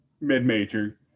mid-major